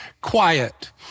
quiet